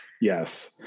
Yes